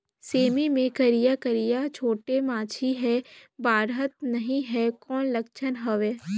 सेमी मे करिया करिया छोटे माछी हे बाढ़त नहीं हे कौन लक्षण हवय?